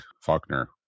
Faulkner